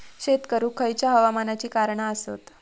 शेत करुक खयच्या हवामानाची कारणा आसत?